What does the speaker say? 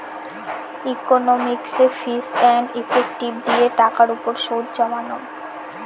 ইকনমিকসে ফিচ and effective দিয়ে টাকার উপর সুদ জমানো